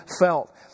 felt